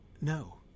No